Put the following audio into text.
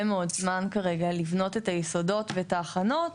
מאוד זמן כרגע לבנות את היסודות ואת ההכנות,